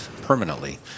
permanently